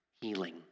healing